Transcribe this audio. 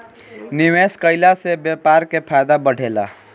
निवेश कईला से व्यापार के फायदा बढ़ेला